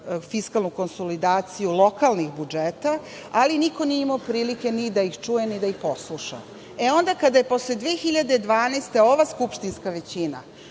fiskalnu konsolidaciji lokalnih budžeta, ali niko nije imao prilike ni da ih čuje, ni da ih posluša. Onda, kada je posle 2012. godine ova skupštinska većina